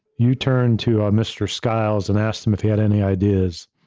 you turned to ah mr. skiles and asked him if he had any ideas.